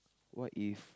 what if